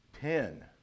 ten